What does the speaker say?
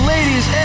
Ladies